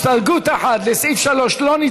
חנין זועבי,